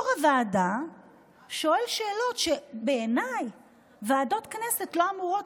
יו"ר הוועדה שואל שאלות שבעיניי ועדות כנסת לא אמורות,